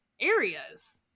areas